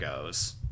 goes